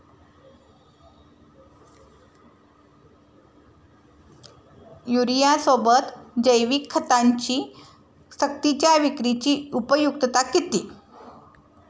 युरियासोबत जैविक खतांची सक्तीच्या विक्रीची उपयुक्तता किती?